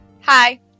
Hi